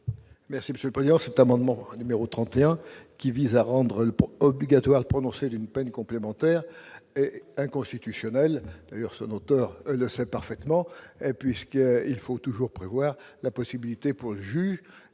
de la commission ? Cet amendement, qui vise à rendre obligatoire le prononcé d'une peine complémentaire, est inconstitutionnel. D'ailleurs, son auteur le sait parfaitement. Il faut toujours prévoir la possibilité pour le juge